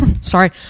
Sorry